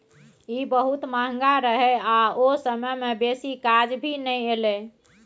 ई बहुत महंगा रहे आ ओ समय में बेसी काज भी नै एले